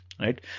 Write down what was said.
right